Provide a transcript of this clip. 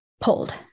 pulled